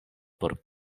por